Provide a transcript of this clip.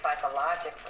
psychologically